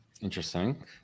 Interesting